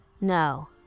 No